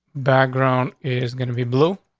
background is gonna be blue.